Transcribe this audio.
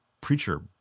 preacher